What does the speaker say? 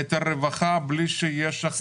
את הרווחה בלי שיש הכנסות.